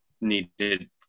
needed